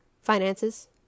Finances